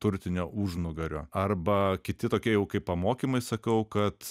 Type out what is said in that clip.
turtinio užnugario arba kiti tokie jau kaip pamokymai sakau kad